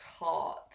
heart